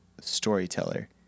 storyteller